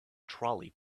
trolley